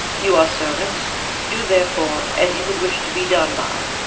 you are servants do, therefore, as you would wish to be done by,